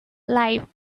life